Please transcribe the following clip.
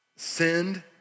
Send